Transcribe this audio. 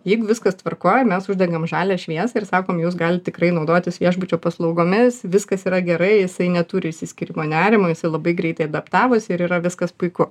jeigu viskas tvarkoj mes uždegam žalią šviesą ir sakom jūs galit tikrai naudotis viešbučio paslaugomis viskas yra gerai jisai neturi išsiskyrimo nerimo jisai labai greitai adaptavosi ir yra viskas puiku